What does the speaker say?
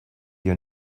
your